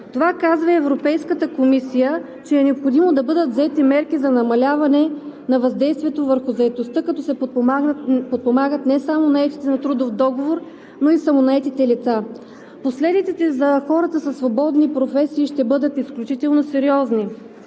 Това казва и Европейската комисия, че е необходимо да бъдат взети мерки за намаляване на въздействието върху заетостта, като се подпомагат не само наетите на трудов договор, но и самонаетите лица. Последиците за хората със свободни професии ще бъдат изключително сериозни.